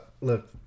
look